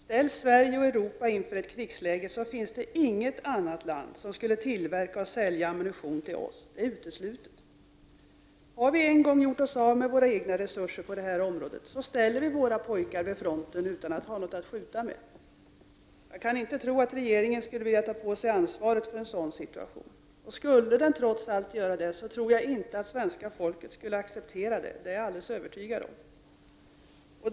Ställs Sverige och Europa inför ett krigsläge finns det inget annat land som skulle tillverka och sälja ammunition till oss. Det är uteslutet. Har vi en gång gjort oss av med våra egna resurser på det här området får vi ställa våra pojkar vid fronten utan att de har något att skjuta med. Jag kan inte tro att regeringen skulle vilja ta på sig ansvaret för en sådan situation. Skulle den trots allt göra det, är jag övertygad om att svenska folket inte skulle acceptera det.